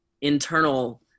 internal